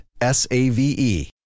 S-A-V-E